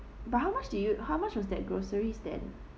but how much do you how much was that groceries then